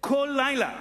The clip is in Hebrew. באוהל החללים שלנו.